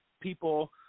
people